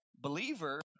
believer